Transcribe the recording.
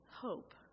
hope